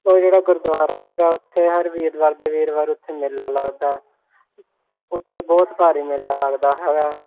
ਉਹ ਜਿਹੜਾ ਗੁਰਦੁਆਰਾ ਹੈਗਾ ਉੱਥੇ ਹਰ ਵੀਰਵਾਰ ਦੇ ਵੀਰਵਾਰ ਉੱਥੇ ਮੇਲਾ ਲੱਗਦਾ ਉੱਥੇ ਬਹੁਤ ਭਾਰੀ ਮੇਲਾ ਲੱਗਦਾ ਹੈਗਾ